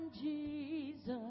Jesus